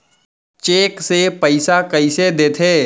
Cheque से पइसा कइसे देथे?